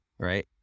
Right